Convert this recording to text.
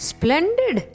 Splendid